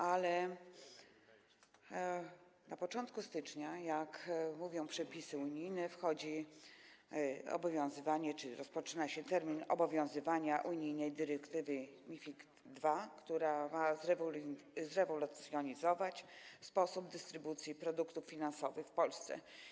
Ale na początku stycznia, jak mówią przepisy unijne, wchodzi obowiązywanie czy rozpoczyna się termin obowiązywania unijnej dyrektywy MiFID II, która ma zrewolucjonizować sposób dystrybucji produktów finansowych w Polsce.